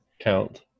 count